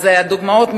אז אחת הדוגמאות,